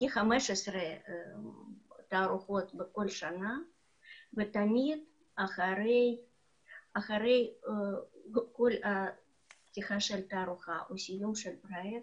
כ-15 תערוכות ותמיד אחרי כל פתיחת תערוכה או סיום פרויקט,